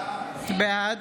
בעד